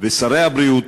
ושר הבריאות,